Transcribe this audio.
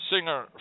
Singer